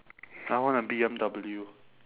I want a B_M_W